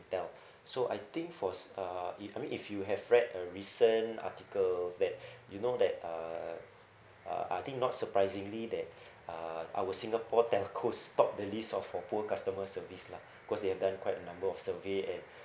so I think fos~ uh if I mean if you have read a recent articles that you know that uh uh I think not surprisingly that uh our singapore telcos top the list of for poor customer service lah because they have done quite a number of survey and